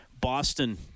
Boston